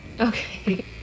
Okay